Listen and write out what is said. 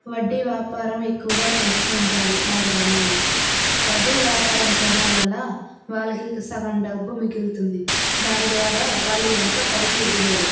వడ్డీ వ్యాపారం ఎక్కువగా చేస్తూ ఉంటారు మా గ్రామంలో వడ్డీ వ్యాపారం చేయడం వల్ల వాళ్లకి ఇక సగం డబ్బు మిగులుతుంది దాని ద్వారా వాళ్ళు ఎంతో పైకి ఎదిగారు